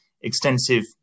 Extensive